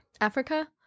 Africa